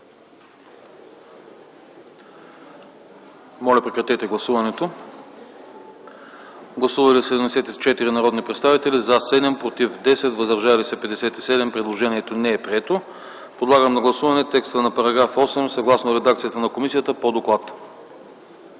Моля гласувайте. Гласували 75 народни представители: за 12, против 46, въздържали се 17. Предложението не е прието. Подлагам на гласуване текста на § 11, съгласно редакцията на комисията, така